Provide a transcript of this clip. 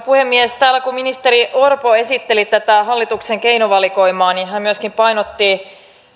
puhemies kun täällä ministeri orpo esitteli tätä hallituksen keinovalikoimaa niin hän myöskin painotti